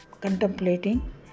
contemplating